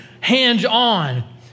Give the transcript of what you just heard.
hands-on